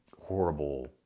horrible